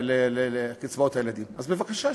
אז בבקשה,